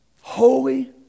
holy